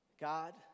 God